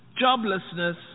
joblessness